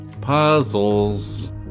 Puzzles